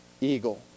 eagle